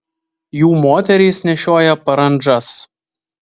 jų moterys nešioja parandžas